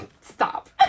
Stop